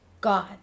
God